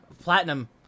Platinum